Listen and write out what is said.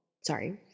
sorry